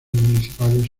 municipales